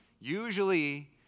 Usually